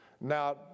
Now